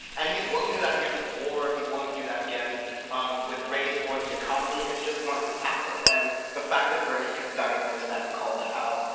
and he's willing to do that again with war. he's willing to do that again with race or the economy. it's just one of his tactics and the fact that bernie can diagnose that and call that out.